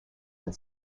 and